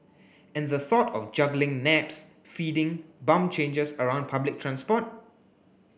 and the thought of juggling naps feeding bum changes around public transport